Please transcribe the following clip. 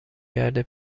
کرده